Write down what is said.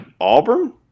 Auburn